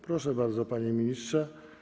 Proszę bardzo, panie ministrze.